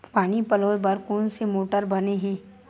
पानी पलोय बर कोन मोटर बने हे?